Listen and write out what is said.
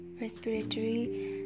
respiratory